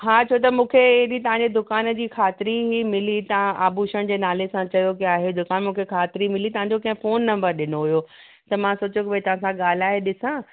हा छो त मूंखे एॾे तव्हांजी दुकान जी ख़ातिरी ई मिली तव्हां आभूषण जे नाले सां चयो पिया आहे दुकान मूंखे ख़ातिरी मिली तव्हांजो कंहिं फ़ोन नंबर ॾिनो हुयो त मां सोचियो भई तव्हां सां ॻाल्हाए ॾिसां